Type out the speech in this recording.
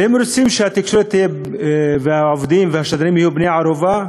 והם רוצים שהתקשורת והעובדים והשדרים יהיו בני-ערובה